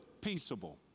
peaceable